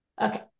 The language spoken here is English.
okay